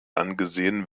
angesehen